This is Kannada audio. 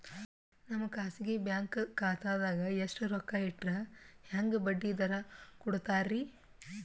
ನಮ್ಮ ಖಾಸಗಿ ಬ್ಯಾಂಕ್ ಖಾತಾದಾಗ ಎಷ್ಟ ರೊಕ್ಕ ಇಟ್ಟರ ಹೆಂಗ ಬಡ್ಡಿ ದರ ಕೂಡತಾರಿ?